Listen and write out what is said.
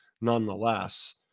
nonetheless